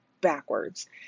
backwards